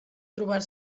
trobar